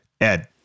Ed